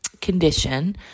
condition